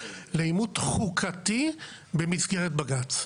לעימות חוקתי במסגרת בג"ץ.